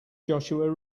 joshua